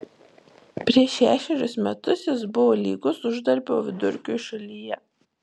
prieš šešerius metus jis buvo lygus uždarbio vidurkiui šalyje